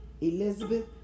Elizabeth